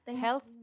health